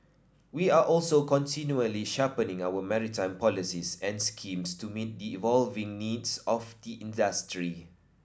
we are also continually sharpening our maritime policies and schemes to meet the evolving needs of the industry